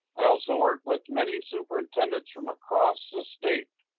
i also worked with many superintendents from across the state,